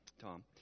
Tom